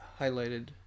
highlighted